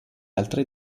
altre